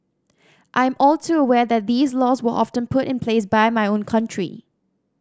I'm all too aware that these laws were often put in place by my own country